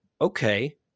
okay